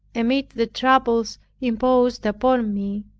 amid the troubles imposed upon me,